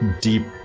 Deep